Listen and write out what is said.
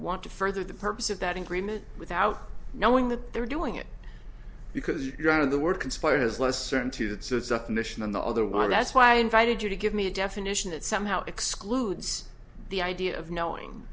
want to further the purpose of that agreement without knowing that they're doing it because you're out of the world conspires less certainty that sets up the mission and the other one that's why i invited you to give me a definition that somehow excludes the idea of knowing